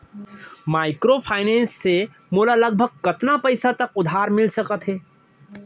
Microfinance से मोला लगभग कतना पइसा तक उधार मिलिस सकत हे?